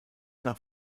nach